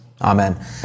Amen